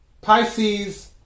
Pisces